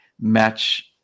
match